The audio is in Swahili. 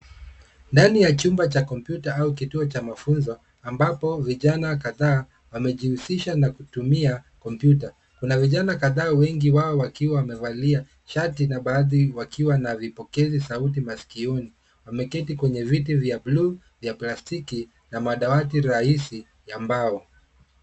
Ndani ya chumba cha kompyuta au kituo cha mafunzo, ambapo vijana kadhaa, wamejihusisha na kutumia kompyuta. Kuna vijana kadhaa wengi wao wakiwa wamevalia shati, na baadhi wakiwa na vipokezi sauti masikioni. Wameketi kwenye viti vya bluu, vya plastiki, na madawati rahisi, ya mbao.